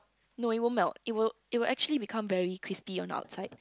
no it won't melt it will it will actually become crispy on the outside